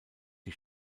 die